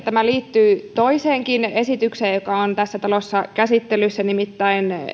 tämä liittyy toiseenkin esitykseen joka on tässä talossa käsittelyssä nimittäin